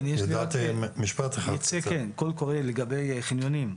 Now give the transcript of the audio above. כן, קול קורא לגבי חניונים.